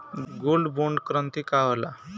Gold bond करतिं का होला?